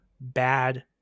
bad